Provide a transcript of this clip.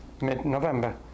mid-November